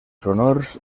sonors